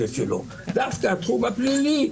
הנושא סובייקטיבי,